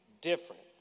different